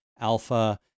Alpha